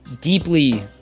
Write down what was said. deeply